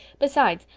besides,